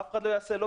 אף לא יעשה אירועים,